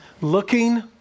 looking